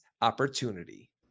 opportunity